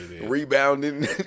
rebounding